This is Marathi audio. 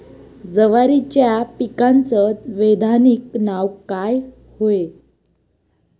जवारीच्या पिकाचं वैधानिक नाव का हाये?